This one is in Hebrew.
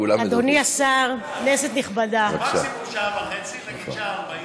מקסימום שעה וחצי, נגיד שעה ו-40.